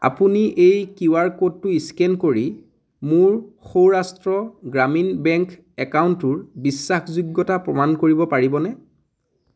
আপুনি এই Q R ক'ডটো স্কেন কৰি মোৰ সৌৰাষ্ট্ৰ গ্ৰামীণ বেংক একাউণ্টটোৰ বিশ্বাসযোগ্যতা প্ৰমাণ কৰিব পাৰিবনে